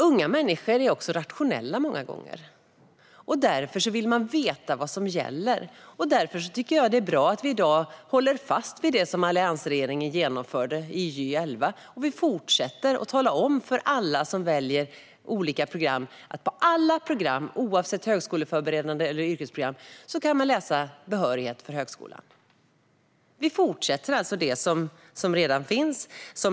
Unga människor är många gånger rationella. De vill veta vad som gäller. Därför tycker jag att det är bra att vi i dag håller fast vid det som alliansregeringen genomförde i Gy 2011. Och vi fortsätter att tala om för alla som väljer olika program att man på alla program, oavsett om det är högskoleförberedande eller yrkesprogram, kan läsa in behörighet för högskolan. Vi fortsätter alltså med det som redan finns.